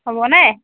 হ'ব নে